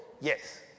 Yes